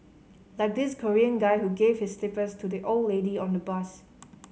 like this Korean guy who gave his slippers to the old lady on the bus